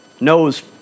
knows